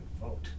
vote